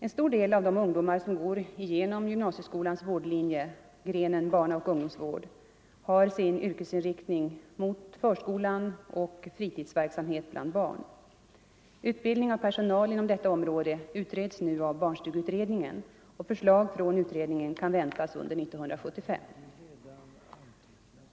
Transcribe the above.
En stor del av de ungdomar som går igenom gymnasieskolans vårdlinje, grenen barnaoch ungdomsvård, har sin yrkesinriktning mot förskolan eller fritidsverksamhet bland barn. Utbildning av personal inom detta område utreds nu av barnstugeutredningen, och förslag från utredningen kan väntas under 1975.